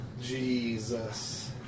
Jesus